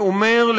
ואומר,